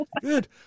Good